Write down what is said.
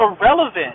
irrelevant